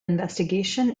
investigation